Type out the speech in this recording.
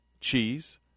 cheese